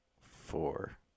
four